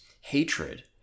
hatred